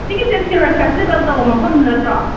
ꯁꯤꯒꯤꯁꯦ ꯁꯤꯔꯣꯏ ꯐꯦꯁꯇꯤꯚꯦꯜ ꯇꯧꯕ ꯃꯐꯝꯗꯣ ꯅꯠꯇ꯭ꯔꯣ